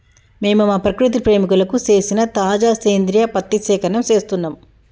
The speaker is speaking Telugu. మేము మా ప్రకృతి ప్రేమికులకు సేసిన తాజా సేంద్రియ పత్తి సేకరణం సేస్తున్నం